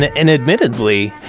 ah and admittedly,